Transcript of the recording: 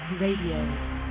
RADIO